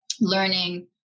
learning